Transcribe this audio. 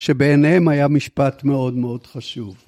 שבעיניהם היה משפט מאוד מאוד חשוב.